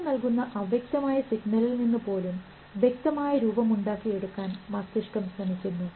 നിങ്ങൾ നൽകുന്ന അവ്യക്തമായ സിഗ്നൽ നിന്ന് പോലും വ്യക്തമായ രൂപം ഉണ്ടാക്കി എടുക്കാൻ മസ്തിഷ്കം ശ്രമിക്കുന്നു